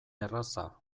erraza